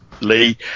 Lee